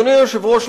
אדוני היושב-ראש,